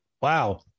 Wow